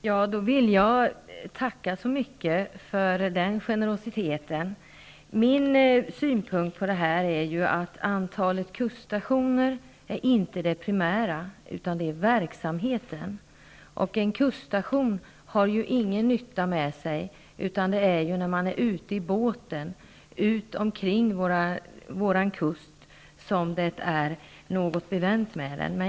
Fru talman! Jag vill tacka för den generositeten. Min synpunkt är att antalet kuststationer inte är det primära, utan det är verksamheten. En kuststation för ingen nytta med sig. Det är när man är ute i båten vid kusten som det är något bevänt med den.